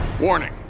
Warning